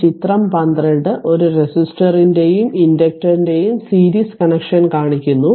ഈ ചിത്രം 12 ഒരു റെസിസ്റ്ററിന്റെയും ഇൻഡക്ടറിന്റെയും സീരീസ് കണക്ഷൻ കാണിക്കുന്നു